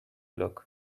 look